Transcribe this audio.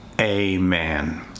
Amen